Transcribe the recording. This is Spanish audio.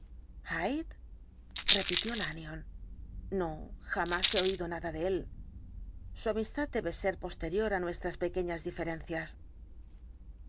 repitió lanyón no jamás he oído nada de él su amistad debe ser posterior á nuestras pequeñas diferencias